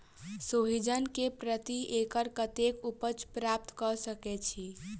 सोहिजन केँ प्रति एकड़ कतेक उपज प्राप्त कऽ सकै छी?